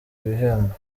ibihembo